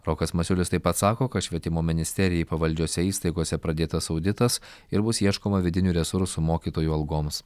rokas masiulis taip pat sako kad švietimo ministerijai pavaldžiose įstaigose pradėtas auditas ir bus ieškoma vidinių resursų mokytojų algoms